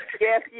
Yes